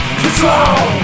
control